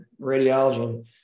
radiology